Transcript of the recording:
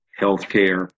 healthcare